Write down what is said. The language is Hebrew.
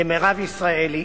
למירב ישראלי,